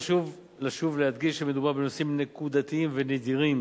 חשוב לשוב ולהדגיש שמדובר בנושאים נקודתיים ונדירים,